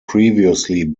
previously